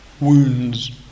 wounds